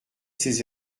ses